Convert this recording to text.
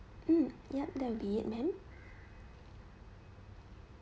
mm yup that will be it ma'am